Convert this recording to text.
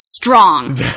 Strong